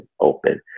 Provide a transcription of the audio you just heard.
open